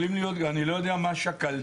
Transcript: אני לא יודע מה שקלתם,